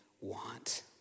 want